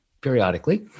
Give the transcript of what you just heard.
periodically